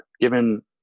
given